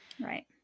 Right